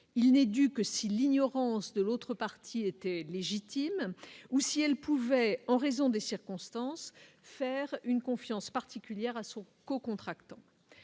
il n'est due que si l'ignorance de l'autre partie était légitime ou si elle pouvait en raison des circonstances, faire une confiance particulière à son co-contractant